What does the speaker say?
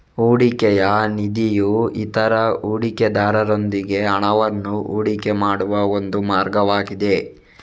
ಹೂಡಿಕೆಯ ನಿಧಿಯು ಇತರ ಹೂಡಿಕೆದಾರರೊಂದಿಗೆ ಹಣವನ್ನು ಹೂಡಿಕೆ ಮಾಡುವ ಒಂದು ಮಾರ್ಗವಾಗಿದೆ